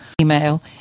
Email